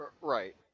right